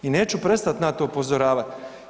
I neću prestati na to upozoravati.